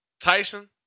Tyson